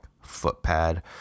Footpad